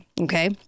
Okay